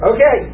Okay